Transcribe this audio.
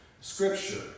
scripture